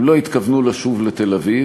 הם לא התכוונו לשוב לתל-אביב,